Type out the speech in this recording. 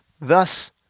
Thus